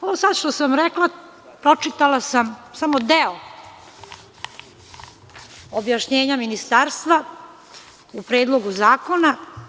Ovo što sam sada rekla pročitala sam samo deo objašnjenja Ministarstva u Predlogu zakona.